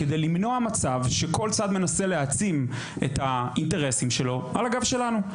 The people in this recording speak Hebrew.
כדי למנוע מצב שכל צד מנסה להעצים את האינטרסים שלו על הגב שלנו.